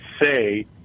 say